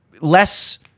less